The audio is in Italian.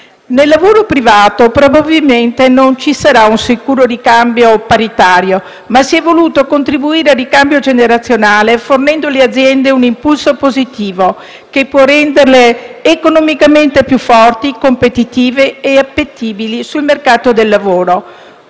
Nel lavoro privato probabilmente non ci sarà di sicuro un ricambio paritario, ma si è voluto contribuire al ricambio generazionale fornendo alle aziende un impulso positivo che può renderle economicamente più forti, competitive e appetibili sul mercato del lavoro.